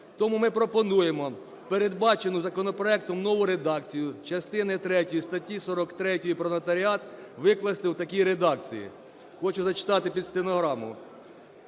Тому ми пропонуємо передбачену законопроектом нову редакцію частини третьої статті 43 про нотаріат викласти в такій редакції. Хочу зачитати під стенограму: